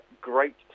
great